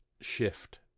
shift